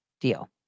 deal